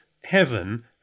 heaven